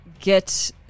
get